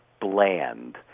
bland